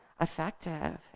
effective